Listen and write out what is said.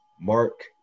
Mark